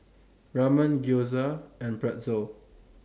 Ramen Gyoza and Pretzel